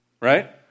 Right